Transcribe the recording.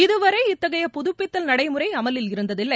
இதுவரை இத்தகைய புதுப்பித்தல் நடைமுறை அமலில் இருந்ததில்லை